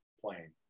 playing